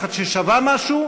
ומפקחת ששווה משהו,